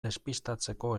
despistatzeko